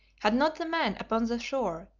had not the man upon the shore,